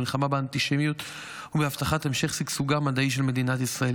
במלחמה באנטישמיות ובהבטחת המשך שגשוגה המדעי של מדינת ישראל.